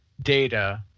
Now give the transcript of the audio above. data